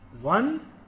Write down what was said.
one